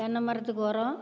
தென்னை மரத்துக்கு ஒரம்